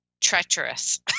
Treacherous